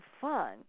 fun